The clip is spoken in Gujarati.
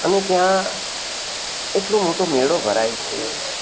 અને ત્યાં એટલો મોટો મેળો ભરાય છે